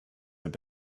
have